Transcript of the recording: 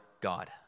God